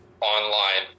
online